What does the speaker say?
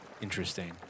Interesting